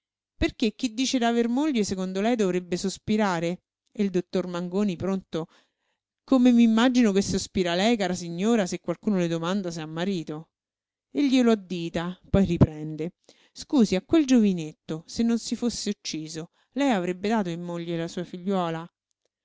perché chi dice d'aver moglie secondo lei dovrebbe sospirare e il dottor mangoni pronto come m'immagino che sospira lei cara signora se qualcuno le domanda se ha marito e glielo addita poi riprende scusi a quel giovinetto se non si fosse ucciso lei avrebbe dato in moglie la sua figliuola